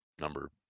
number